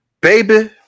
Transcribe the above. Baby